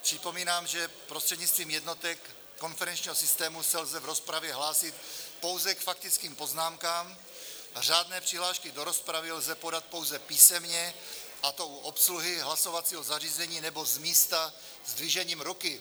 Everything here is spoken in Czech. Připomínám, že prostřednictvím jednotek konferenčního systému se lze v rozpravě hlásit pouze k faktickým poznámkám a řádné přihlášky do rozpravy lze podat pouze písemně, a to u obsluhy hlasovacího zařízení nebo z místa zdvižením ruky.